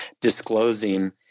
disclosing